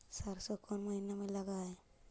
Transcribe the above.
सरसों कोन महिना में लग है?